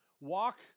walk